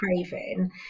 craving